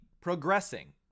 progressing